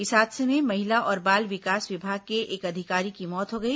इस हादसे में महिला और बाल विकास विभाग के एक अधिकारी की मौत हो गई